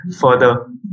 further